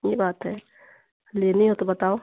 ये बात है लेनी है तो बताओ